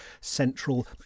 central